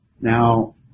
Now